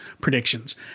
predictions